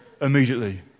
immediately